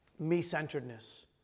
me-centeredness